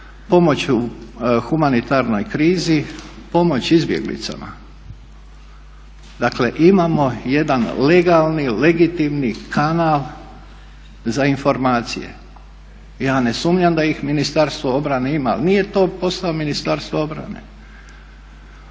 pomoć u humanitarnoj krizi, pomoć izbjeglicama. Dakle imamo jedan legalni, legitimni kanal za informacije. Ja ne sumnjam da ih Ministarstvo obrane ima ali nije to posao Ministarstva obrane